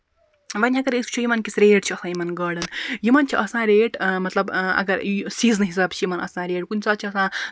وۄنۍ اَگرے أسۍ وُچھ یِمن کِژھ ریٹ چھِ آسان یِمن گاڈَن یِمن چھِ آسان ریٹ مطلب اَگر سیٖزنہٕ حِسابہٕ چھِ یِمن آسان ریٹ کُنہِ ساتہٕ چھِ آسان ترٛےٚ ہَتھ